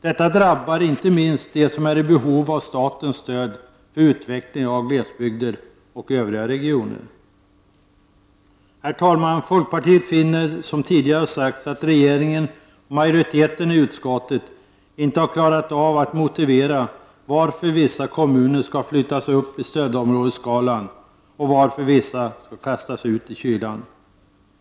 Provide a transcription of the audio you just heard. Detta drabbar inte minst dem som är i behov av statens stöd för utveckling av glesbygder och övriga regioner. Herr talman! Folkpartiet finner, som tidigare har sagts, att regeringen och majoriteten i utskottet inte har klarat av att motivera varför vissa kommuner skall flyttas upp i stödområdesskalan och varför vissa skall kastas ut i kylan.